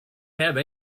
have